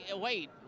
wait